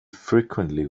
frequently